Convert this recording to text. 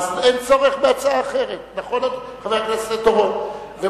אין צורך בהצעה אחרת, נכון חבר הכנסת אורון?